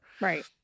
Right